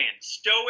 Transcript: Stoic